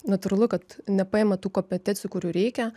natūralu kad nepaima tų kopetecijų kurių reikia